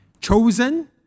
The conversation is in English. chosen